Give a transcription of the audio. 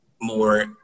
more